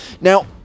Now